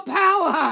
power